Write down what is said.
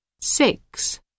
Six